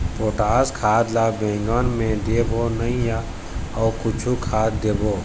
Potash खाद ला बैंगन मे देबो नई या अऊ कुछू खाद देबो?